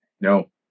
No